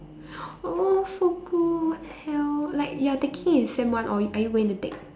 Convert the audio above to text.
oh so good what the hell like you're taking in sem one or are you going to take